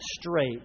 straight